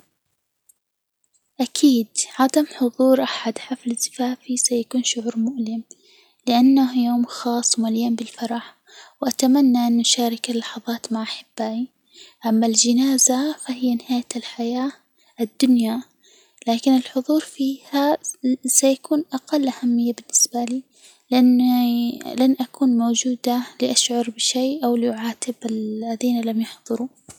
أكيد، عدم حضور أحد حفل زفافي سيكون شعور مؤلم، لأنه يوم خاص، ومليان بالفرح، وأتمنى أن أشارك اللحظات مع أحبائي، أما الجنازة فهي نهاية الحياة الدنيا، لكن الحضور فيها سيكون أقل أهمية بالنسبة لي، لأنه لن أكون موجودة لأشعر بشيء، أو لأعاتب الذين لم يحضروا.